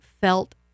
felt